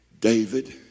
David